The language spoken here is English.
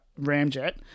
Ramjet